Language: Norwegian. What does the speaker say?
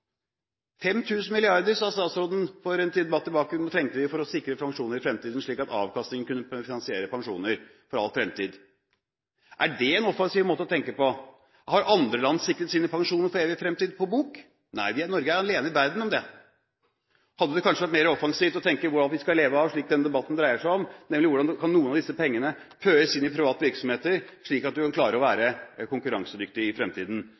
avkastningen kunne finansiere pensjoner for all fremtid. Er det en offensiv måte å tenke på? Har andre land sikret sine pensjoner for evig fremtid – på bok? Nei, Norge er alene i verden om det. Hadde det kanskje vært mer offensivt å tenke på hva vi skal leve av – det denne debatten dreier seg om? Kan noen av disse pengene føres inn i private virksomheter, slik at vi kan klare å være konkurransedyktig i fremtiden?